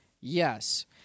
Yes